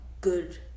good